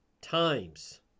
Times